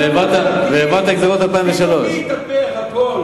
כאילו התהפך הכול.